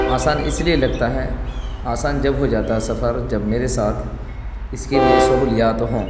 آسان اس لیے لگتا ہے آسان جب ہوجاتا ہے سفر جب میرے ساتھ اس کے لیے سہولیات ہوں